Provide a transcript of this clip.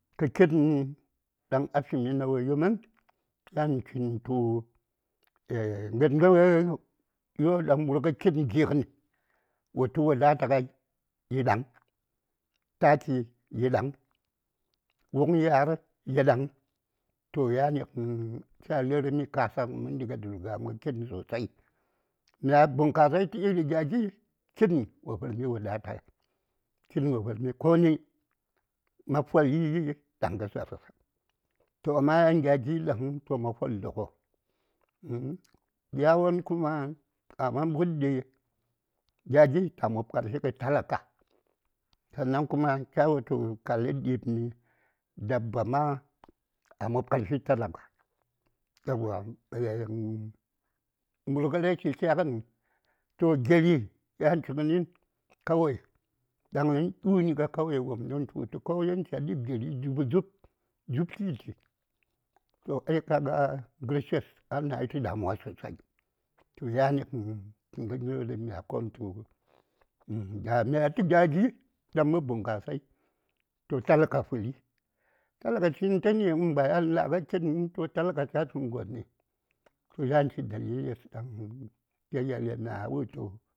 ﻿Kə kitn daŋ a fimi nauyi mən yan chintu aey gən yo daŋ murgə kitn gigəni wo tu wadata ŋai yi daŋ, taki yidaŋ wuŋ ya:r yidaŋ toh yani gən cha lə:r mi kasagən mənɗi a dulga:m gə kitn sosai, mya bunkasai tə iri gya gin kitn wo vərmi wadata, kitn wo vərmi koni, ma foi ɗaŋ kə za:rsə, toh amma yan gya gi ɗa həŋ toh ma fol ɗoŋo? uhm yawon kuma aman mbutɗi gya gin ta mob karfi talaka sannan kuma kya wultu kasəŋ ɗi:bni dabba ma a mob karfi talaka aeywa aey murgə rashi tlyagəni toh gyeri yan chi gəni kawai daŋni du:n a kauye wopm du:n tə wultu kauyen cha ɗi:b gyeri dubu dzub, dzub tliti toh ai kaga gərshes a nayi tə damuwa sosai toh yani gən tu gəryo daŋ mya kon tu da mya tu gya gi daŋ mə bunkasai toh talaka fuɗi talaka chinə tə ni uhn bayn la: kitn toh talaka cha finə gos ni toh yan chi daliles daŋ kya yeli mya wultu.